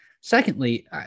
secondly